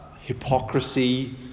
hypocrisy